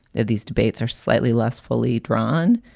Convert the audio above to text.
that these debates are slightly less fully drawn.